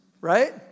right